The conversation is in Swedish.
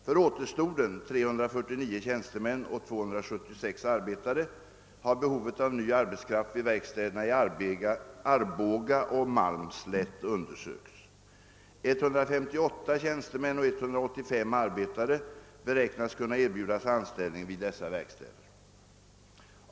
För återstoden — 349 tjänstemän och 276 arbetare — har behovet av ny arbetskraft vid verkstäderna i Arboga och Malmslätt undersökts. 158 tjänstemän och 1853 arbetare beräknas kunna erbjudas anställning vid dessa verkstäder.